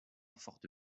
forte